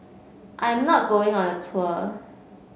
I'm not going on the tour